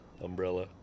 umbrella